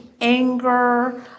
anger